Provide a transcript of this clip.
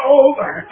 over